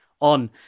on